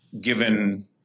given